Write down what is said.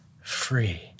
free